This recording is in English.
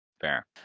Fair